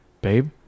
babe